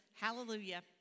Hallelujah